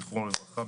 זכרונו לברכה,